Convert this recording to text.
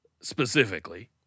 specifically